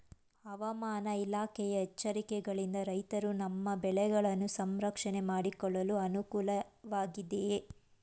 ಹವಾಮಾನ ಇಲಾಖೆಯ ಎಚ್ಚರಿಕೆಗಳಿಂದ ರೈತರು ತಮ್ಮ ಬೆಳೆಗಳನ್ನು ಸಂರಕ್ಷಣೆ ಮಾಡಿಕೊಳ್ಳಲು ಅನುಕೂಲ ವಾಗಿದೆಯೇ?